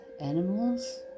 animals